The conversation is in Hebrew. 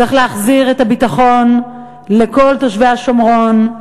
צריך להחזיר את הביטחון לכל תושבי השומרון,